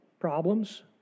Problems